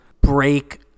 break